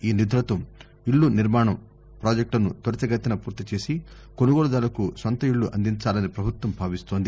ఈ నిధులతో ఇళ్ళ నిర్మాణ పాజెక్టులను త్వరితగతిన పూర్తి చేసి కొనుగోలుదారులకు సొంత ఇళ్ళు అందించాలని పభుత్వం భావిస్తోంది